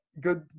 good